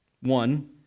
one